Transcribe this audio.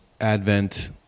Advent